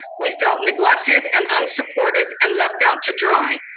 we felt neglected and unsupported, and left out to dry,